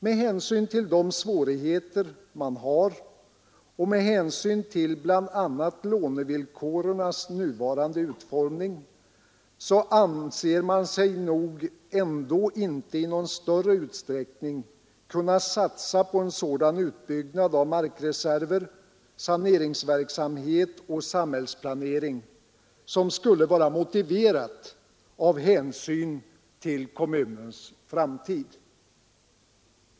Med hänsyn till de svårigheter man har och med hänsyn till bl.a. lånevillkorens nuvarande utformning anser man sig nog ändå inte i någon större utsträckning kunna satsa på en sådan utbyggnad av markreserver, saneringsverksamhet och samhällsplanering som skulle vara motiverad av hänsyn till kommunens framtid.